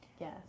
Yes